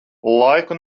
laiku